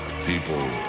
people